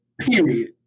period